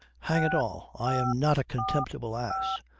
hang it all, i am not a contemptible ass.